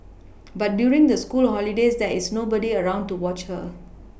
but during the school holidays there is nobody around to watch her